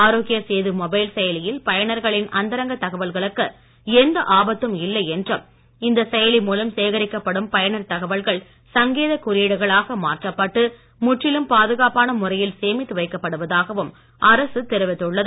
ஆரோக்கிய Setu mobile செயலியில் பயனர்களின் அந்தரங்கத் தகவல்களுக்கு எந்த ஆபத்தும் இல்லை என்றும் இந்த செயலி மூலம் சேகரிக்கப்படும் பயனர் தகவல்கள் சங்கேதக் குறியீடுகளாக மாற்றப்பட்டு முற்றிலும் பாதுகாப்பான முறையில் சேமித்து வைக்கப்படுவதாகவும் அரசு தெரிவித்துள்ளது